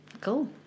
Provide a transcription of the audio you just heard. Cool